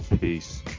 Peace